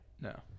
No